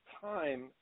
time